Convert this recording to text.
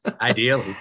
Ideally